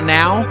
now